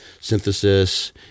synthesis